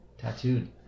Tattooed